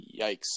Yikes